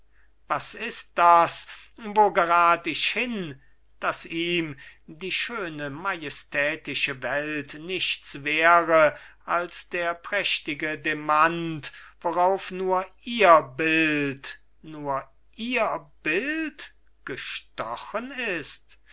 was ist das wo gerat ich hin daß ihm die schöne majestätische welt nichts wäre als der prächtige demant worauf nur ihr bild nur ihr bild gestochen ist